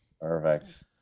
Perfect